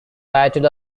battle